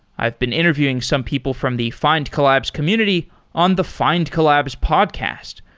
i've been interviewing some people from the findcollabs community on the findcollabs podcast.